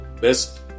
best